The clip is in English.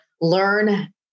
learn